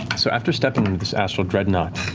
so after stepping into this astral dreadnought,